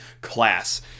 class